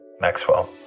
Maxwell